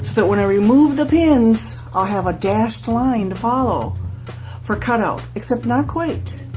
that when i remove the pins i'll have a dashed line to follow for cut out. except not quite